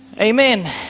Amen